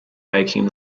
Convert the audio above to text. making